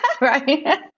Right